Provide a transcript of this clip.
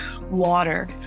water